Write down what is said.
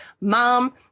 Mom